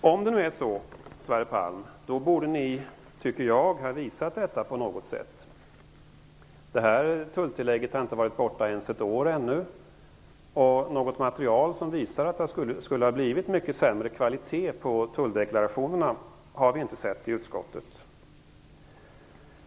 Om det nu är så, Sverre Palm, tycker jag att ni borde ha visat detta på något sätt. Det aktuella tulltillägget har ännu inte varit borttaget ens ett år, och något material som visar att det skulle ha blivit mycket sämre kvalitet på tulldeklarationerna har vi inte sett i utskottet.